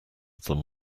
them